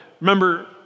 Remember